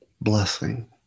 blessing